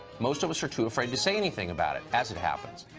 most of us are too afraid to say anything about it as it happens.